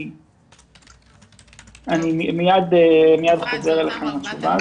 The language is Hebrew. מיד אתן נתונים.